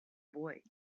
boy